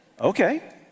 Okay